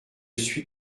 suis